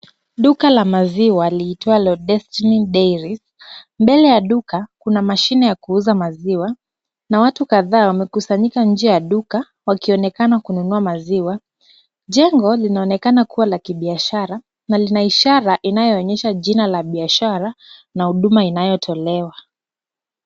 Duka la maziwa liitwalo Destiny Dairy. Mbele ya duka, kuna mashine ya kuuza maziwa na watu kadhaa wamekusanyika nje ya duka wakionekana kununua maziwa. Jengo linaonekana kuwa la kibiashara na lina ishara inayoonyesha jina la biashara na huduma inayotolewa.